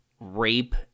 rape